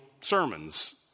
sermons